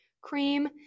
cream